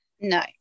No